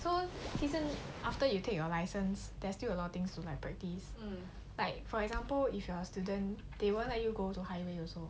so 其实 after you take your license there's still a lot of things to like practise like for example if you are a student they won't let you go to highway also